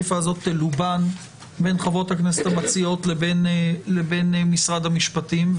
היא תלובן בין חברות הכנסת המציעות לבין משרד המשפטים.